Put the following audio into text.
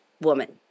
woman